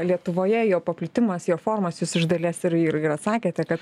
lietuvoje jo paplitimas jo formos js jūš dalies ir ir ir atsakėte kad